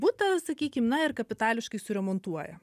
butą sakykim na ir kapitališkai suremontuoja